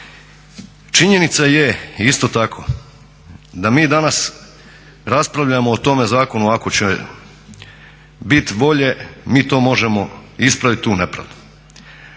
Činjenica je isto tako da mi danas raspravljamo o tome zakonu ako će bit volje mi to možemo ispraviti unaprijed.